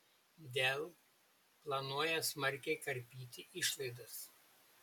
dell planuoja smarkiai karpyti išlaidas